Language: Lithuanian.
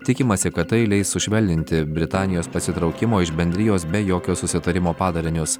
tikimasi kad tai leis sušvelninti britanijos pasitraukimo iš bendrijos be jokio susitarimo padarinius